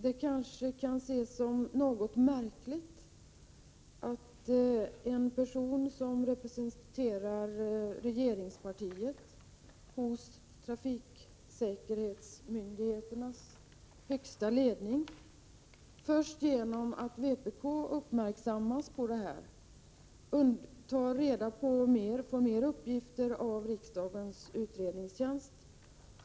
Det är litet anmärkningsvärt att en person som representerar regeringspartiet i trafiksäkerhetsverkets ledning först efter det att vpk har blivit uppmärksammat på saken skaffar sig mer information genom riksdagens utredningstjänst